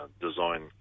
design